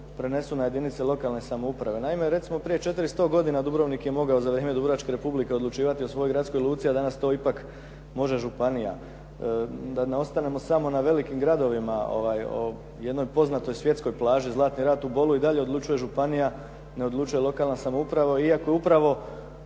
prenesu na jedinice lokalne samouprave. Naime, recimo prije 400 godina Dubrovnik je mogao za vrijeme Dubrovačke Republike odlučivati o svojoj gradskoj luci a danas to ipak može županija. Da ne ostanemo samo na velikim gradovima o jednoj poznatoj svjetskoj plaži, zlatni …/Govornik se ne razumije./… u Bolu i dalje odlučuje županija, ne odlučuje lokalna samouprava iako je upravo